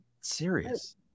serious